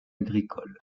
agricole